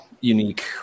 unique